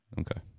Okay